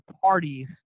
parties